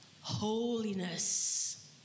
holiness